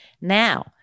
Now